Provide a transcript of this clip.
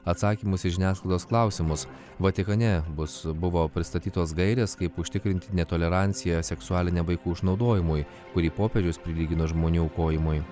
atsakymus į žiniasklaidos klausimus vatikane bus buvo pristatytos gairės kaip užtikrinti netoleranciją seksualiniam vaikų išnaudojimui kurį popiežius prilygino žmonių aukojimui